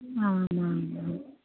आम् आम् आम्